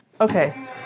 Okay